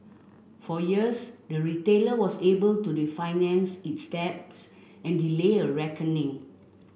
for years the retailer was able to refinance its debts and delay a reckoning